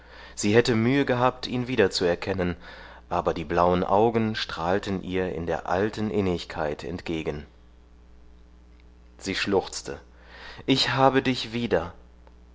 sie hätte mühe gehabt ihn wiederzuerkennen aber die blauen augen strahlten ihr in der alten innigkeit entgegen sie schluchzte ich habe dich wieder